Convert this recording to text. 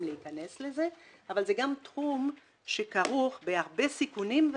להיכנס לזה אבל זה גם תחום שכרוך בהרבה סיכונים,